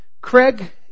Craig